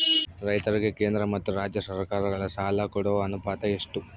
ರೈತರಿಗೆ ಕೇಂದ್ರ ಮತ್ತು ರಾಜ್ಯ ಸರಕಾರಗಳ ಸಾಲ ಕೊಡೋ ಅನುಪಾತ ಎಷ್ಟು?